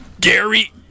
Gary